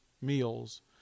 meals